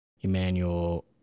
Emmanuel